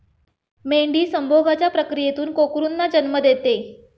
मेंढी संभोगाच्या प्रक्रियेतून कोकरूंना जन्म देते